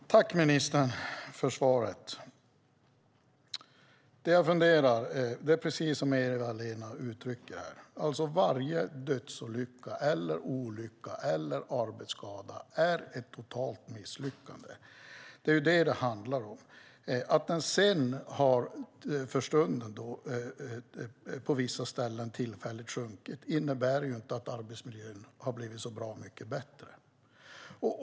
Herr talman! Tack, ministern, för svaret! Jag funderar över precis det som Eva-Lena uttrycker, nämligen att varje dödsolycka, olycka eller arbetsskada är ett totalt misslyckande. Det är det det handlar om. Att antalet dödsolyckor sedan har sjunkit tillfälligt på vissa ställen innebär inte att arbetsmiljön har blivit mycket bättre.